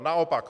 Naopak.